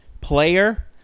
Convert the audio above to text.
player